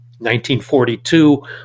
1942